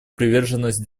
приверженность